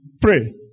pray